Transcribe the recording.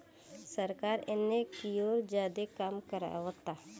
सरकार एने कियोर ज्यादे काम करावता